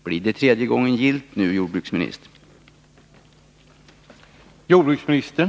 Blir det nu tredje gången gillt, jordbruksministern?